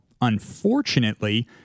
unfortunately